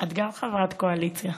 את גם חברת קואליציה.